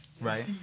Right